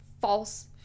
false